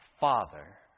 Father